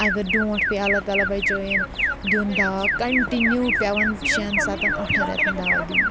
اَگر ڈوٗنٛٹھ پیٚیہِ اللہ تعالٰی بَچٲیِن دِیُن دَوا کَٹِنیوٗ پیٚوان شؠن سَتَن ٲٹھَن رؠتَن دَوا دِنۍ